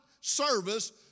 service